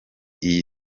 iyi